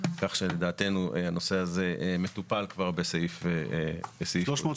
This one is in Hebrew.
לדעתנו הנושא הזה מטופל כבר בסעיף 330ג(ג).